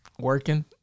working